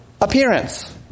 appearance